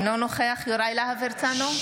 אינו נוכח יוראי להב הרצנו,